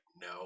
no